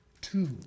two